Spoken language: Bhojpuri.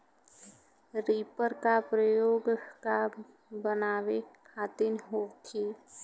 रिपर का प्रयोग का बनावे खातिन होखि?